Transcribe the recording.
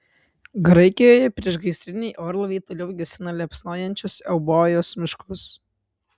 graikijoje priešgaisriniai orlaiviai toliau gesina liepsnojančius eubojos miškus